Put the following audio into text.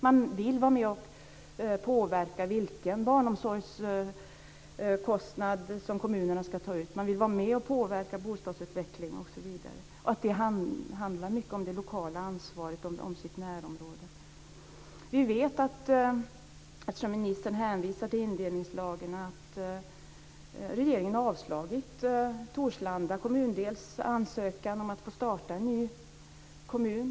Man vill vara med och påverka vilken barnomsorgskostnad som kommunerna ska ta ut, man vill vara med och påverka bostadsutveckling osv. Det handlar mycket om det lokala ansvaret om närområdet. Vi vet, eftersom ministern hänvisar till indelningslagen, att regeringen har avslagit Torslanda kommundels ansökan om att få starta en ny kommun.